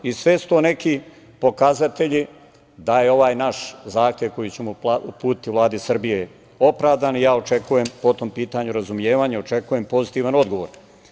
Sve su to neki pokazatelji, da je ovaj naš zahtev koji ćemo uputiti Vladi Srbije, opravdan i ja očekujem po tom pitanju razumevanje i očekujem pozitivan odgovor.